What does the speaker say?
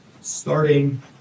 Starting